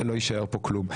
ולא יישאר פה כלום.